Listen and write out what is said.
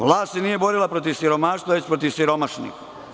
Vlast se nije borila protiv siromaštva već protiv siromašnih.